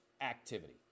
activity